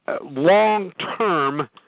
long-term